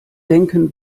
denken